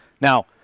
Now